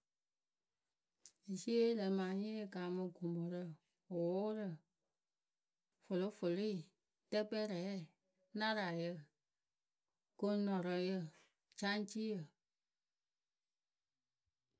Eciye yɨ lǝǝmɨ anyɩŋyǝ kaamɨ gʊmʊrǝ wʊʊrǝ fʊlɩfʊlɩi tɛkpɛrɛ, narayǝ, koŋnɔrɔŋyǝ, caŋciyǝ.